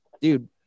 dude